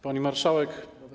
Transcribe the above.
Pani Marszałek!